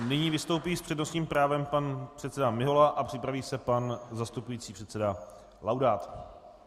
Nyní vystoupí s přednostním právem pan předseda Mihola a připraví se pan zastupující předseda Laudát.